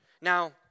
Now